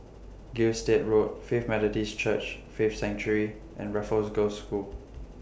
Gilstead Road Faith Methodist Church Faith Sanctuary and Raffles Girls' School